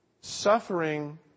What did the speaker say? suffering